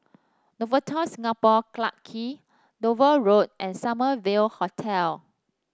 Novotel Singapore Clarke Quay Dover Road and Summer View Hotel